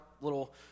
little